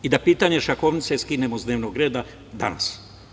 I da pitanje šahovnice skinemo sa dnevnog reda danas.